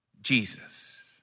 Jesus